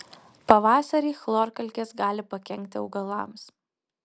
pavasarį chlorkalkės gali pakenkti augalams